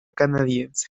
canadiense